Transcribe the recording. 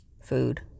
food